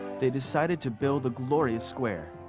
they decided to build a glorious square,